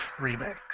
Remix